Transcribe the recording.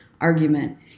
argument